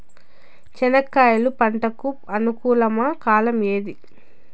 చెనక్కాయలు పంట కు అనుకూలమా కాలం ఏది?